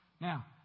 Now